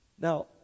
Now